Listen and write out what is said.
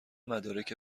مدارک